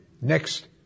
next